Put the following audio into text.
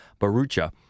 Barucha